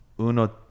uno